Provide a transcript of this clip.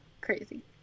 crazy